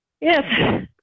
Yes